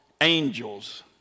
angels